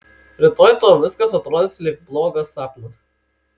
rytoj tau viskas atrodys lyg blogas sapnas